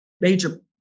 major